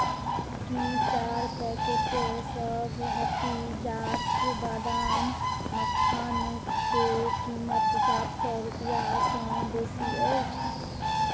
की चारि पैकेटसभ happy jars बादाम मक्खनके कीमत सात सए रुपैआसँ बेसी अछि